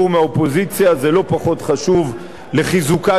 זה לא פחות חשוב לחיזוקה של הדמוקרטיה.